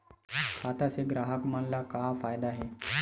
खाता से ग्राहक मन ला का फ़ायदा हे?